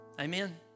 Amen